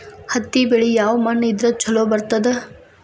ಹತ್ತಿ ಬೆಳಿ ಯಾವ ಮಣ್ಣ ಇದ್ರ ಛಲೋ ಬರ್ತದ?